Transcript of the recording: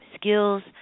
skills